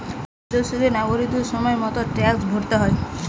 সব দেশেরই নাগরিকদের সময় মতো ট্যাক্স ভরতে হয়